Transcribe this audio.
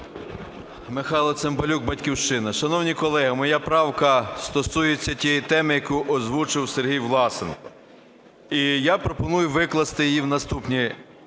Михайло Цимбалюк, "Батьківщина". Шановні колеги, моя правка стосується тієї теми, яку озвучив Сергій Власенко, і я пропоную викласти її в наступній